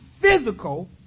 physical